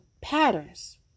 patterns